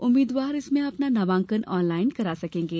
उम्मीद्वार इसमें अपना नामांकन ऑन लाइन दाखिल करा सकेंगे